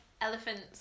Elephants